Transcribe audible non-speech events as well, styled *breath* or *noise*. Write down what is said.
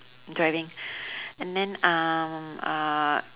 driving *breath* and then um uh